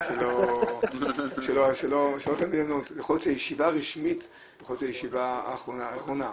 יכול להיות שכישיבה רשמית זו ישיבה אחרונה,